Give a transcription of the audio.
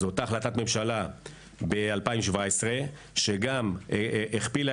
זו אותה החלטת ממשלה מ-2017 שגם הכפילה